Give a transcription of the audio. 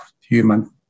human